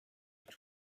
the